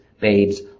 Babes